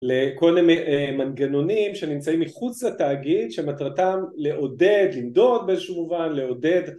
לכל המנגנונים שנמצאים מחוץ לתאגיד שמטרתם לעודד למדוד באיזשהו מובן לעודד